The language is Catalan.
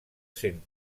sent